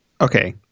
Okay